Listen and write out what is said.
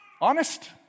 Honest